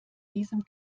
diesem